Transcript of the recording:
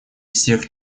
всех